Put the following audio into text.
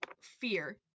fear